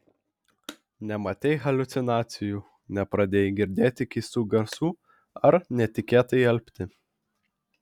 nematei haliucinacijų nepradėjai girdėti keistų garsų ar netikėtai alpti